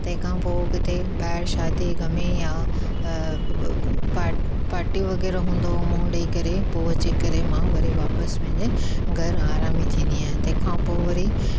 तहिंखां पोइ किथे ॿाहिरि शादी गमी आहे पार्टी वग़ैरह हूंदो मुंहुं ॾई करे पोइ अची करे मां वरी वापसि पंहिंजे घरु आराम में थींदी आहियां तंहिंखा पोइ वरी